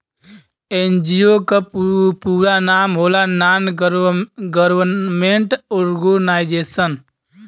NGO क पूरा नाम होला नान गवर्नमेंट और्गेनाइजेशन